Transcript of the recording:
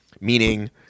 meaning –